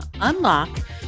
unlock